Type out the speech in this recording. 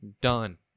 done